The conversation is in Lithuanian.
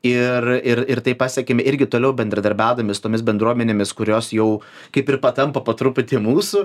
ir tai pasiekiam irgi toliau bendradarbiaudami su tomis bendruomenėmis kurios jau kaip ir patampa po truputį mūsų